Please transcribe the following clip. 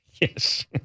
Yes